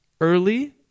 early